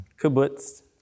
Kibbutz